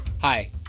Hi